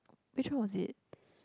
which one was it